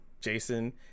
Jason